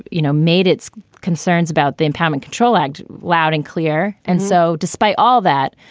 you know, made its concerns about the empowerment control act loud and clear and so despite all that,